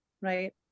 right